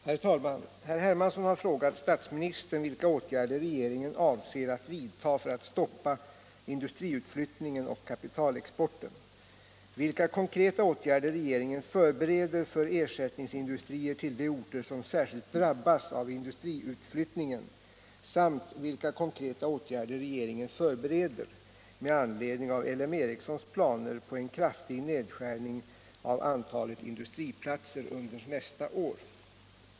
Herr talman! Herr Hermansson har frågat statsministern vilka åtgärder regeringen avser att vidta för att stoppa industriutflyttningen och kapitalexporten, vilka konkreta åtgärder regeringen förbereder för ersättningsindustrier till de orter som särskilt drabbats av industriutflyttningen samt vilka konkreta åtgärder regeringen förbereder med anledning av LM Ericssons planer på en kraftig nedskärning av antalet arbetsplatser under nästa år.